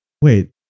wait